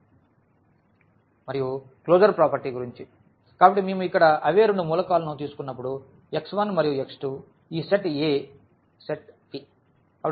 మరియు closure property గురించి కాబట్టి మేము ఇక్కడ అవే రెండు మూలకాలను తీసుకున్నప్పుడు x1 మరియు x2 ఈ సెట్ a సెట్ V